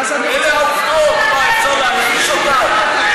מה יש להקשיב?